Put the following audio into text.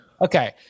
Okay